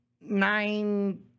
nine